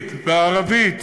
העברית והערבית,